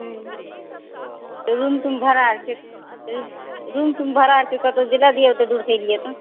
हुँ रुम तुम भाड़ाकेँ रुम तुम भाड़ाके कतहुँ दिला दिऔ तऽ दू तीन दिन के लेल